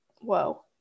Whoa